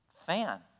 fan